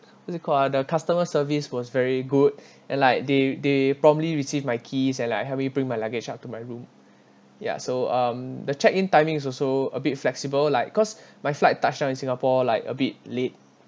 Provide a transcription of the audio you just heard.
what is it called ah the customer service was very good and like they they promptly receive my keys and like help me bring my luggage up to my room ya so um the check-in timing is also a bit flexible like cause my flight touched down in singapore like a bit late